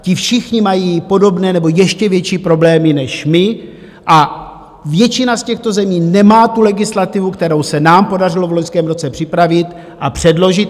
Ti všichni mají podobné nebo ještě větší problémy než my a většina z těchto zemí nemá tu legislativu, kterou se nám podařilo v loňském roce připravit a předložit.